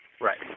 Right